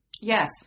yes